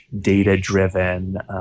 data-driven